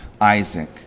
Isaac